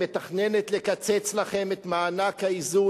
מתכננת לקצץ לכם את מענק האיזון,